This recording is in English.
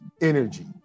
energy